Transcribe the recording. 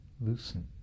loosen